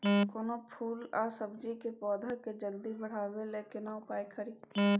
कोनो फूल आ सब्जी के पौधा के जल्दी बढ़ाबै लेल केना उपाय खरी?